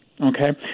Okay